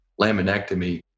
laminectomy